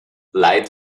light